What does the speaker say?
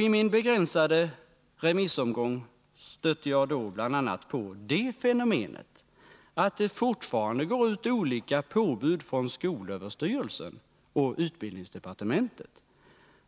I min begränsade remissomgång stötte jag då bl.a. på det fenomenet, att det fortfarande går ut olika påbud från Nr 37 skolöverstyrelsen och utbildningsdepartementet.